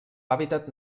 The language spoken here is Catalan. hàbitat